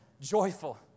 joyful